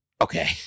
Okay